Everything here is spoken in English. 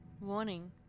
Warning